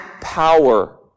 power